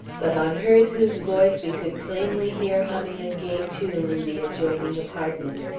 but on hers whose voice we could plainly hear humming a gay tune in the adjoining apartment.